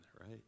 right